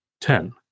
Ten